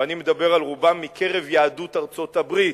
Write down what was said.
ואני מדבר על רובם מקרב יהדות ארצות-הברית,